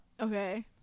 Okay